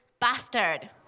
bastard